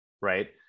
right